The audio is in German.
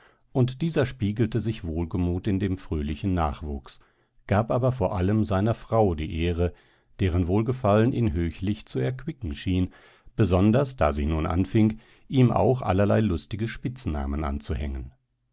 und dieser spiegelte sich wohlgemut in dem fröhlichen nachwuchs gab aber vor allen seiner frau die ehre deren wohlgefallen ihn höchlich zu erquicken schien besonders da sie nun anfing ihm auch allerlei lustige spitznamen anzuhängen